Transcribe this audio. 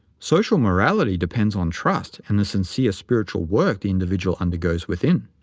social morality depends on trust and the sincere spiritual work the individual undergoes within.